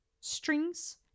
strings